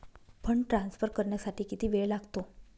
Fund transfer करण्यासाठी किती वेळ लागतो?